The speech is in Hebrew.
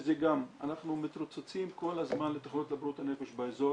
שזה גם אנחנו מתרוצצים כל הזמן לתחנות לבריאות הנפש באזור